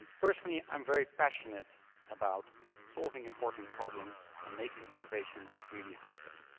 personally, i'm very passionate about solving important problems and making innovation really happen.